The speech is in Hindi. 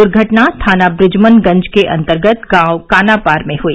दुर्घटना थाना बृजमनगंज के अंतर्गत गांव कानापार में हुई